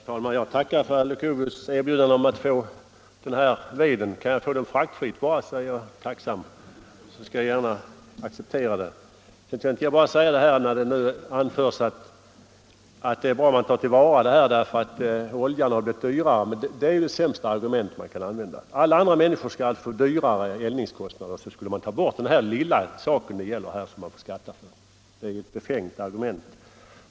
Herr talman! Jag tackar för herr Leuchovius erbjudande om att få den här veden. Kan jag bara få den fraktfritt så skall jag gärna acceptera det. När det anförs att det är bra att ta till vara virke när oljan har blivit dyrare vill jag säga att det är det sämsta argument man kan anföra. Alla andra människor skall alltså få dyrare eldningskostnader, men man vill ta bort denna lilla beskattning. Det är ett befängt argument.